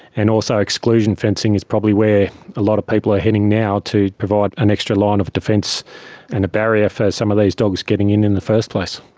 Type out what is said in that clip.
and also exclusion fencing is probably were a lot of people are heading now to provide an extra line of defence and a barrier for some of these dogs getting in in the first place.